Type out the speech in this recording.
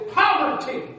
poverty